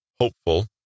hopeful